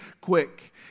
quick